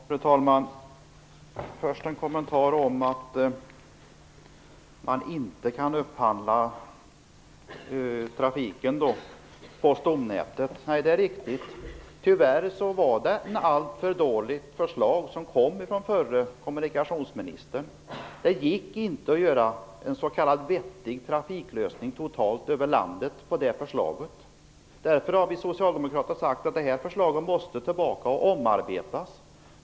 Fru talman! Först vill jag säga att det är riktigt att man inte kan upphandla trafiken på stomnätet. Tyvärr var det ett alltför dåligt förslag som kom från den förre kommunikationsministern. Det gick inte att göra en s.k. vettig trafiklösning totalt över landet med det förslaget. Därför har vi socialdemokrater sagt att förslaget måste omarbetas.